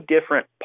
different